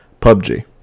PUBG